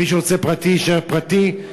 ומי שרוצה פרטי יישאר פרטי,